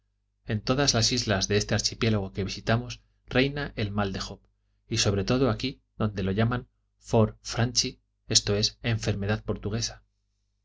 en todas las islas de este archipiélago que visitamos reina el mal de job y sobre todo aquí donde lo llaman for fr anchi esto es enfermedad portuguesa